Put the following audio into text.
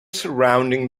surrounding